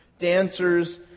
dancers